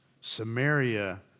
Samaria